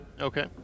Okay